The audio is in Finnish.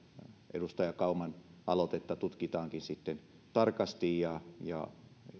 edustaja kauman aloitetta tutkitaankin sitten tarkasti ja ja